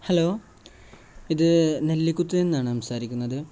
hello ഇത് നെല്ലികുത്ത് നിന്നാണ് സംസാരിക്കുന്നത്